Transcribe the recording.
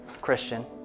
Christian